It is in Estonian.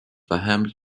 vähem